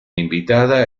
invitada